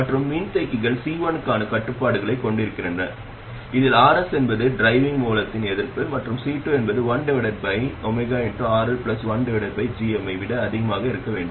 மற்றும் மின்தேக்கிகள் C1 க்கான கட்டுப்பாடுகளைக் கொண்டிருக்கின்றன இதில் Rs என்பது டிரைவிங் மூலத்தின் எதிர்ப்பு மற்றும் C2 என்பது 1RL ஐ விட அதிகமாக இருக்க வேண்டும்